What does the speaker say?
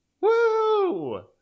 Woo